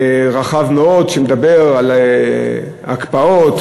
רחב מאוד שמדבר על הקפאות,